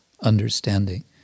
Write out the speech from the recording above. understanding